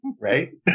Right